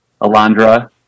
Alondra